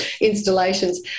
installations